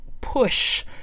push